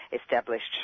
established